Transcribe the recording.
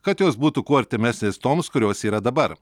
kad jos būtų kuo artimesnės toms kurios yra dabar